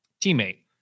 Teammate